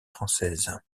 française